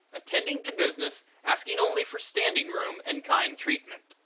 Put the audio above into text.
attending to business, asking only for standing room and kind treatment.